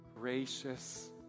gracious